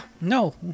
no